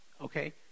Okay